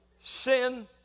sin